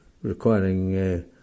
Requiring